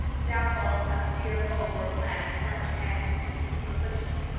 the downfall of some dear hope or plan plunged anne into deeps of affliction.